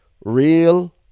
Real